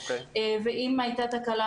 ואם הייתה תקלה,